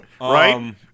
right